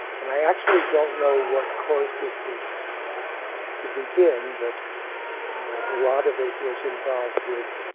and i actually don't know what caused it to to begin, but a lot of it was involved with